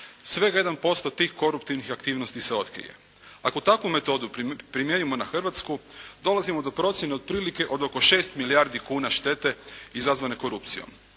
Svega 1% tih koruptivnih aktivnosti se otkrije. Ako takvu metodu primijenimo na Hrvatsku, dolazimo do procjene otprilike od oko 6 milijardi kuna štete izazvane korupcijom.